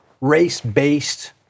race-based